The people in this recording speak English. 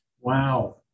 Wow